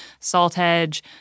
SaltEdge